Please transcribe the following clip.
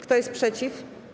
Kto jest przeciw?